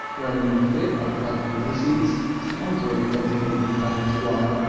miranda marquit of planting money seeds, tom drake of the canadian finance blog,